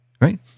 right